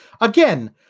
again